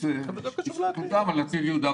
לעתיד.